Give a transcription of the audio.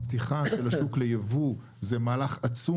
הפתיחה של השוק לייבוא זה מהלך עצום